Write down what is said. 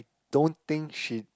don't think she